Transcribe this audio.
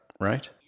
right